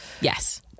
Yes